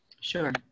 Sure